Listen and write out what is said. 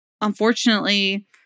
unfortunately